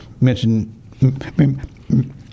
mention